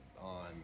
on